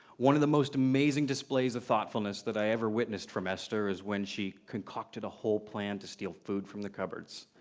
one of the most amazing displays of thoughtfulness that i ever witnessed from esther is when she concocted a whole plan to steal food from the cupboards.